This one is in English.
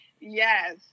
Yes